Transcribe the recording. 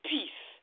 Peace